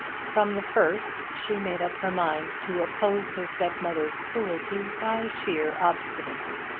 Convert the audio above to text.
from the first she made up her mind to oppose her stepmother's cruelty by sheer obstinacy.